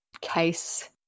case